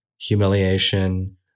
humiliation